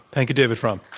thank you, david frum.